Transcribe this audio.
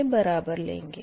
के बराबर लेंगे